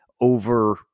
over